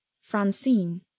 Francine